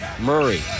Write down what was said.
Murray